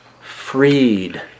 freed